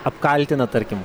apkaltina tarkim